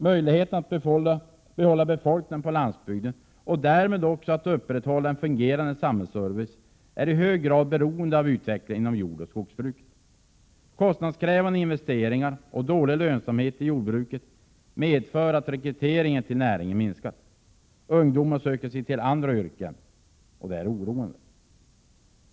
Möjligheterna att behålla befolkningen på landsbygden och därmed också upprätthålla en fungerande samhällsservice är i hög grad beroende av utvecklingen inom jordoch skogsbruket. Kostnadskrävande investeringar och dålig lönsamhet i jordbruket medför att rekryteringen till näringen har minskat. Ungdomar sökar sig till andra yrken, vilket är oroande.